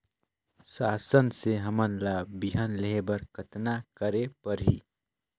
शासन से हमन ला बिहान लेहे बर कतना करे परही?